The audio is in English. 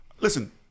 listen